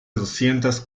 doscientas